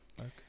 Okay